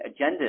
agendas